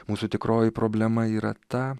mūsų tikroji problema yra ta